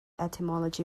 etymology